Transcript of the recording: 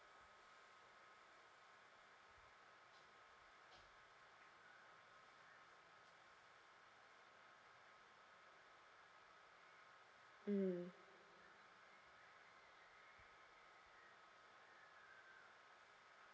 mm